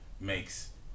makes